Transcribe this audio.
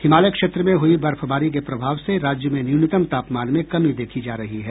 हिमालय क्षेत्र में हुई बर्फबारी के प्रभाव से राज्य में न्यूनतम तापमान में कमी देखी जा रही है